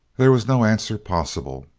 there was no answer possible.